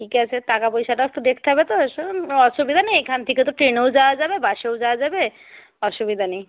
ঠিক আছে টাকা পয়সাটা একটু দেখতে হবে তো অসুবিধা নেই এখান থেকে তো ট্রেনেও যাওয়া যাবে বাসেও যাওয়া যাবে অসুবিধা নেই